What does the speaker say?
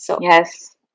Yes